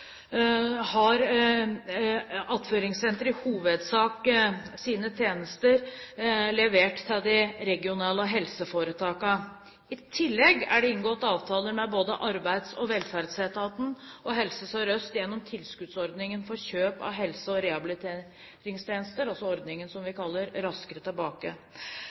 har Attføringssenteret i hovedsak en finansiering fra regionale helseforetak. I tillegg er det inngått avtaler med både Arbeids- og velferdsetaten og Helse Sør-Øst gjennom tilskuddsordningen for kjøp av helse- og rehabiliteringstjenester, den ordningen vi kaller Raskere tilbake.